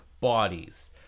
bodies